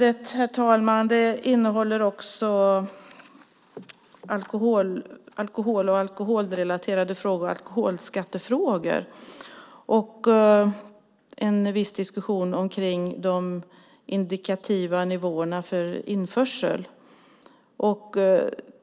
Det här betänkandet innehåller också alkoholrelaterade frågor, nämligen alkoholskattefrågor, och en viss diskussion om de indikativa nivåerna för införsel.